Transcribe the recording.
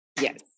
Yes